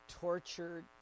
tortured